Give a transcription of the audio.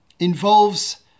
involves